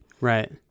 Right